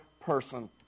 person